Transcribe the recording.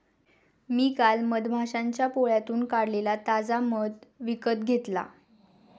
मी काल मधमाश्यांच्या पोळ्यातून काढलेला ताजा मध विकत घेतला